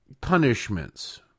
punishments